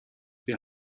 wir